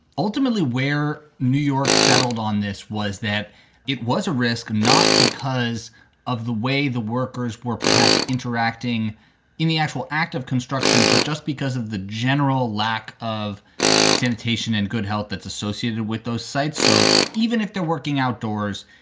ultimately, where new york settled on this was that it was a risk, not because of the way the workers were perhaps interacting in the actual act of construction, but just because of the general lack of sanitation and good health that's associated with those sites. so even if they're working outdoors,